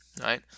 Right